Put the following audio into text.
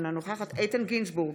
קוראת בשמות חברי הכנסת) משה אבוטבול,